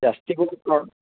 जास्त करून प्लॉट